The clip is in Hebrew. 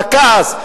הכעס,